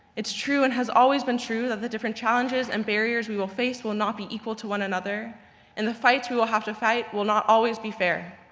it's true and has always been true that the different challenges and barriers we will face will not be equal to one another and the fights we will have to fight will not always be fair.